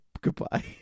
Goodbye